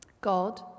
God